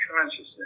consciousness